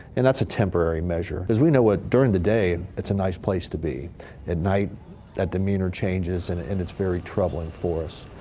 and that's a temporary measure because we know what during the day. it's a nice place to be at night that demeanor changes, and and it's very troubling for us.